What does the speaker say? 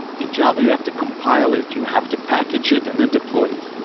in java you have to compile it, you have to package it and then deploy it.